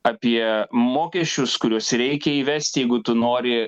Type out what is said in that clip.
apie mokesčius kuriuos reikia įvesti jeigu tu nori